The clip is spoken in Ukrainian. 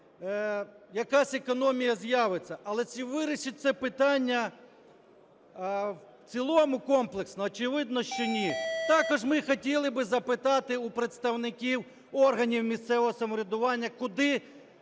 якась економія з'явиться, але чи вирішить це питання в цілому, комплексно, очевидно, що – ні. Також ми хотіли би запитати у представників органів місцевого самоврядування, куди